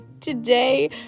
today